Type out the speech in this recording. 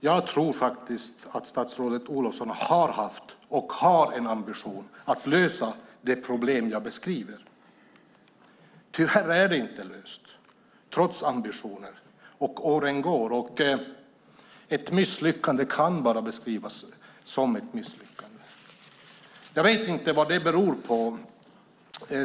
Jag tror faktiskt att statsrådet Olofsson har haft och har en ambition att lösa det problem jag beskriver. Tyvärr är det inte löst trots ambitionen. Åren går, och ett misslyckande kan bara beskrivas som ett misslyckande. Jag vet inte vad det beror på.